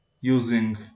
using